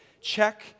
check